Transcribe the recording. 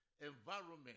environment